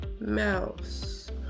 mouse